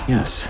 Yes